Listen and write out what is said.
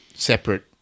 separate